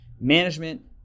management